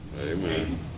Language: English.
Amen